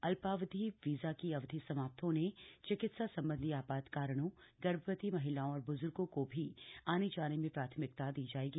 अल्पावधि वीजा की अवधि समाप्त होने चिकित्सा संबंधी आपात कारणों गर्भवती महिलाओं और ब्ज्र्गो को भी आने जाने में प्राथमिकता दी जाएगी